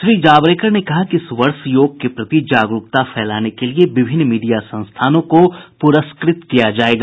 श्री जावड़ेकर ने कहा कि इस वर्ष योग के प्रति जागरूकता फैलाने के लिए विभिन्न मीडिया संस्थानों को पुरस्कृत किया जायेगा